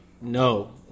no